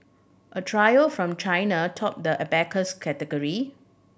a trio from China topped the abacus category